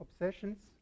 obsessions